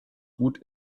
gut